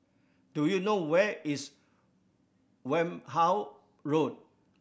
do you know where is Wareham Road